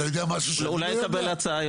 אולי הוא יקבל הצעה.